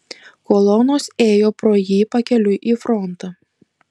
kolonos ėjo pro jį pakeliui į frontą